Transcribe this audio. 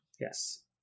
Yes